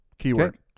Keyword